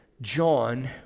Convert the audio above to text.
john